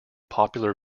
popular